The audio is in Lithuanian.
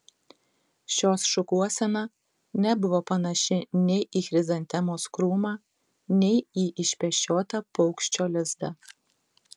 šios šukuosena nebuvo panaši nei į chrizantemos krūmą nei į išpešiotą paukščio lizdą